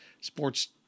Sports